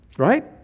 right